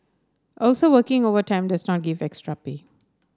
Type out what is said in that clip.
also working overtime does not give extra pay